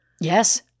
Yes